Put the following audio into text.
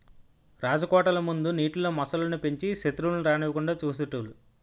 రాజకోటల ముందు నీటిలో మొసళ్ళు ను పెంచి సెత్రువులను రానివ్వకుండా చూసేటోలు